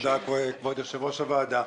תודה, כבוד יושב-ראש הוועדה.